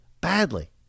badly